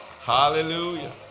hallelujah